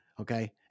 Okay